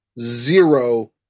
zero